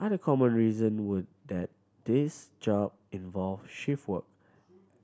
other common reason were that these job involved shift work